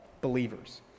believers